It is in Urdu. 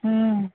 ہوں